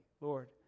Lord